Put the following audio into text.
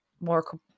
more